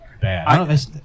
bad